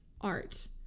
Art